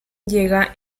llega